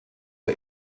der